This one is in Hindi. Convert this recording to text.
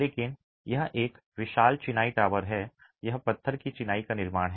लेकिन यह एक विशाल चिनाई टॉवर है यह पत्थर की चिनाई का निर्माण है